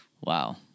Wow